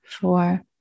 four